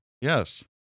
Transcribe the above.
Yes